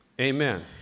Amen